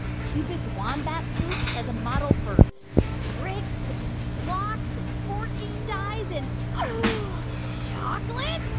cubic wombat poops as a model for bricks and blocks and board game dice and oh chocolate